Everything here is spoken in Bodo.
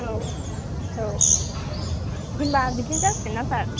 औ औ होनबा बिदिनो जासिगोन ना सार